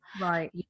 right